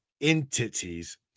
entities